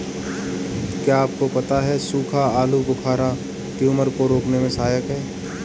क्या आपको पता है सूखा आलूबुखारा ट्यूमर को रोकने में सहायक है?